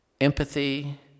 Empathy